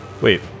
Wait